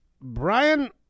Brian